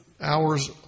hours